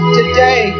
today